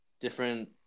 different